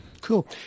Cool